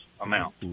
amount